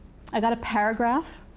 i got a paragraph,